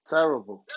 Terrible